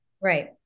Right